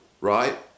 right